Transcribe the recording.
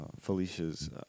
Felicia's